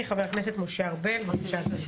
חבר הכנסת משה ארבל, בבקשה.